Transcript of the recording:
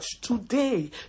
today